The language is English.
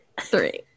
three